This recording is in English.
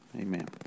amen